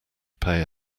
pay